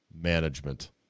management